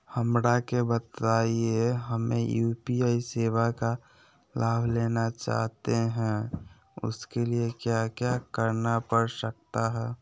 हमरा के बताइए हमें यू.पी.आई सेवा का लाभ लेना चाहते हैं उसके लिए क्या क्या करना पड़ सकता है?